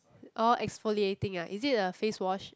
oh exfoliating ah is it a face wash